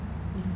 ya